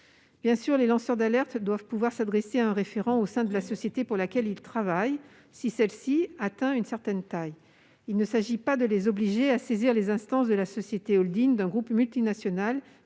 Bien sûr, les lanceurs d'alerte doivent pouvoir s'adresser à un référent au sein de la société pour laquelle ils travaillent, si celle-ci atteint une certaine taille. Il ne s'agit pas de les obliger à saisir les instances de la société holding d'un groupe multinational,